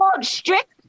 Strict